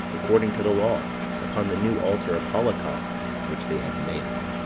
according to the law, upon the new altar of holocausts which they had made.